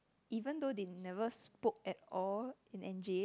even though they never spoke at all in Anjib